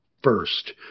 First